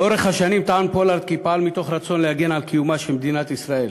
לאורך השנים טען פולארד כי פעל מתוך רצון להגן על קיומה של מדינת ישראל,